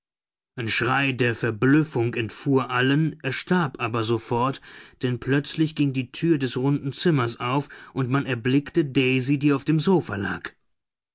ein schrei der verblüffung entfuhr allen erstarb aber sofort denn plötzlich ging die tür des runden zimmers auf und man erblickte daisy die auf dem sofa lag